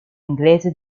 inglese